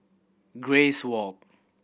Grace Walk